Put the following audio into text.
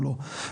או לא,